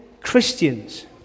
Christians